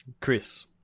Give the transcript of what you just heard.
Chris